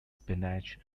spinach